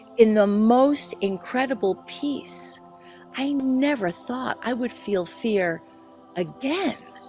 in the most incredible peace i never thought i would feel fear again,